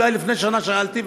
אולי לפני שנה שאלתי,